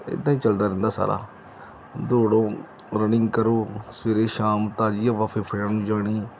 ਇੱਦਾਂ ਹੀ ਚੱਲਦਾ ਰਹਿੰਦਾ ਸਾਰਾ ਦੌੜੋ ਰਨਿੰਗ ਕਰੋ ਸਵੇਰੇ ਸ਼ਾਮ ਤਾਜ਼ੀ ਹਵਾ ਫੇਫੜਿਆਂ ਨੂੰ ਜਾਣੀ